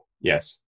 Yes